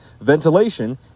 ventilation